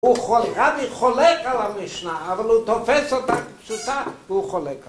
רבי חולק על המשנה, אבל הוא תופס אותה פשוטה והוא חולק עליה